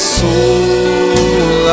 soul